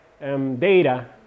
data